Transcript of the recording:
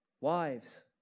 wives